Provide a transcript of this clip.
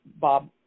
Bob